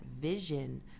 vision